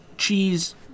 cheese